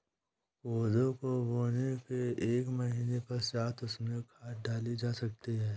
कोदो को बोने के एक महीने पश्चात उसमें खाद डाली जा सकती है